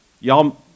Y'all